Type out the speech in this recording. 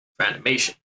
animation